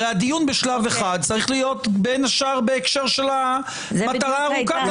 הרי הדיון בשלב אחד צריך להיות בין השאר בהקשר של המטרה הארוכה יותר.